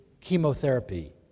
chemotherapy